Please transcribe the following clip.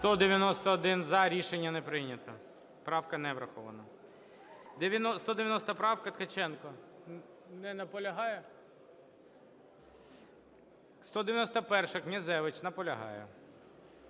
За-191 Рішення не прийнято. Правка не врахована. 190 правка, Ткаченко. Не наполягає? 191-а, Князевич. Наполягає.